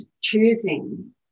choosing